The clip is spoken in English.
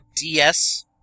DS